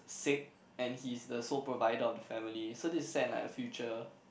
sick and he's the sole provider of the family so this is set in like a future